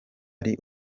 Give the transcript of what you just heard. ari